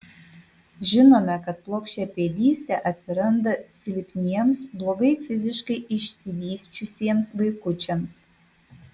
žinome kad plokščiapėdystė atsiranda silpniems blogai fiziškai išsivysčiusiems vaikučiams